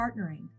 partnering